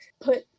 put